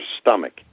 stomach